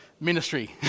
ministry